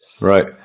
Right